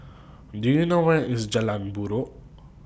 Do YOU know Where IS Jalan Buroh